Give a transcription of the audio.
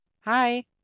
Hi